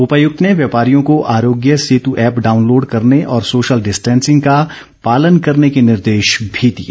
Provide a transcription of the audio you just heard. उपायक्त ने व्यापारियों को आरोग्य सेतु ऐप्प डाउनलोड करने और सोशल डिस्टेंसिंग का पालन करने के निर्देश भी दिए